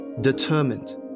determined